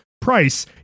price